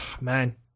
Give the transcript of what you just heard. man